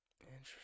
Interesting